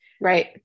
Right